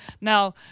Now